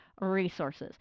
resources